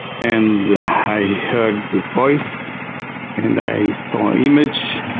and i heard a voice and i saw image,